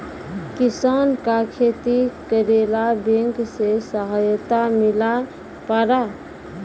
किसान का खेती करेला बैंक से सहायता मिला पारा?